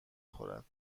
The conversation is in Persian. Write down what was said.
خورد